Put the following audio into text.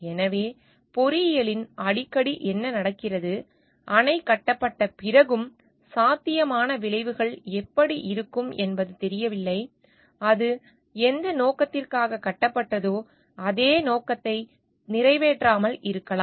எனவே பொறியியலில் அடிக்கடி என்ன நடக்கிறது அணை கட்டப்பட்ட பிறகும் சாத்தியமான விளைவுகள் எப்படி இருக்கும் என்பது தெரியவில்லை அது எந்த நோக்கத்திற்காக கட்டப்பட்டதோ அந்த நோக்கத்தை நிறைவேற்றாமல் இருக்கலாம்